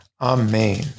Amen